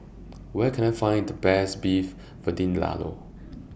Where Can I Find The Best Beef Vindaloo